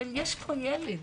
אבל יש פה ילד